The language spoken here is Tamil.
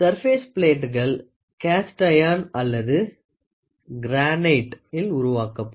சர்பேஸ் பிளேட்டுகள் கேஸ்ட் அயன் அல்லது க்ரானிட்டினால் உருவாக்கப்படும்